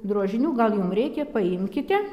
drožinių gal jum reikia paimkite